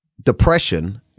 depression